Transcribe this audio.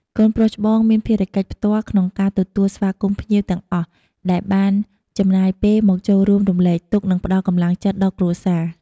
កូនប្រុសច្បងមានភារកិច្ចផ្ទាល់ក្នុងការទទួលស្វាគមន៍ភ្ញៀវទាំងអស់ដែលបានចំណាយពេលមកចូលរួមរំលែកទុក្ខ និងផ្តល់កម្លាំងចិត្តដល់គ្រួសារ។